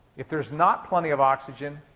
if there's not plenty of oxygen,